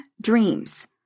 dreams